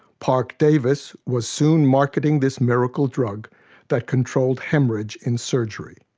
parke-davis was soon marketing this miracle drug that controlled hemorrhage in surgery.